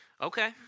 okay